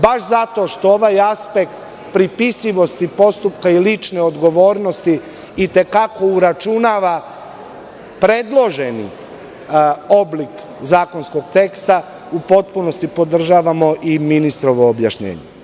Baš zato što ovaj aspekt pripisivosti postupka i lične odgovornosti itekako uračunava predloženi oblik zakonskog teksta, u potpunosti podržavamo i ministrovo objašnjenje.